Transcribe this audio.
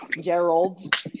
Gerald